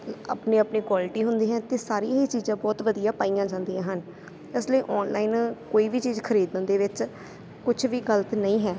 ਆਪਣੀ ਆਪਣੀ ਕੁਆਲਿਟੀ ਹੁੰਦੀ ਹੈ ਅਤੇ ਸਾਰੀਆਂ ਹੀ ਚੀਜ਼ਾਂ ਬਹੁਤ ਵਧੀਆ ਪਾਈਆਂ ਜਾਂਦੀਆਂ ਹਨ ਇਸ ਲਈ ਆਨਲਾਈਨ ਕੋਈ ਵੀ ਚੀਜ਼ ਖਰੀਦਣ ਦੇ ਵਿੱਚ ਕੁਛ ਵੀ ਗਲਤ ਨਹੀਂ ਹੈ